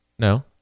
No